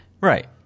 Right